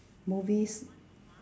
movies